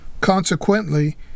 Consequently